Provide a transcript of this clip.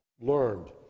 learned